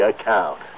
account